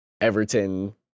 Everton